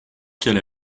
qu’elle